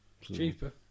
Cheaper